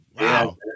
Wow